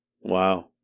Wow